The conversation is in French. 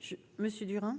je me suis Durand.